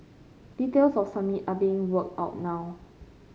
details of summit are being worked out now